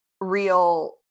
real